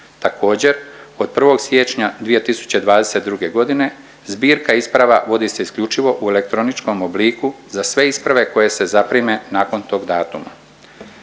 Također od 1. siječnja 2022.g. zbirka isprava vodi se isključivo u elektroničkom obliku za sve isprave koje se zaprime nakon tog datuma.